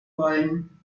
wollen